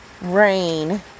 rain